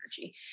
energy